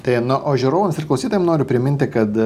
tai a na o žiūrovams ir klausytojam noriu priminti kad